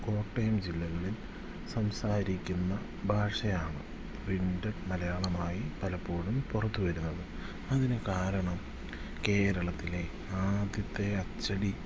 കോട്ടയം ജില്ലകളിൽ സംസാരിക്കുന്ന ഭാഷയാണ് പ്രിൻറ്റഡ് മലയാളമായി പലപ്പോഴും പുറത്തു വരുന്നത് അതിനു കാരണം കേരളത്തിലെ ആദ്യത്തെ അച്ചടി